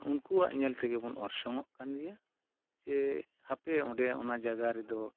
ᱩᱱᱠᱩᱣᱟᱜ ᱧᱮᱞ ᱛᱮᱜᱮᱵᱚᱱ ᱚᱨᱥᱚᱝᱼᱚᱜ ᱠᱟᱱᱜᱮᱭᱟ ᱡᱮ ᱦᱟᱯᱮ ᱚᱸᱰᱮ ᱚᱱᱟ ᱡᱟᱭᱜᱟ ᱨᱮᱫᱚ